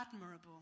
admirable